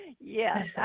Yes